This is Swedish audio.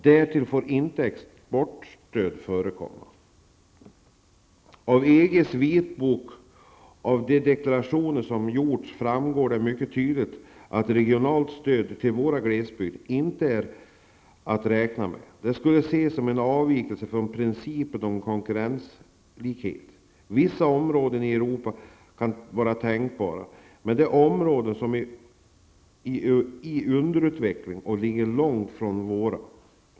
Därtill får exportstöd inte förekomma. Av EGs vitbok och av de deklarationer som gjorts framgår mycket tydligt att regionalt stöd till våra glesbygder inte är att räkna med. Det skulle ses som en avvikelse från principen om konkurrensneutralitet. Vissa områden i Europa kan vara tänkbara, men det är underutvecklade områden som ligger långt från våra.